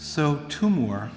so two more